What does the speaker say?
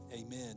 Amen